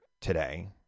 today